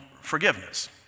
forgiveness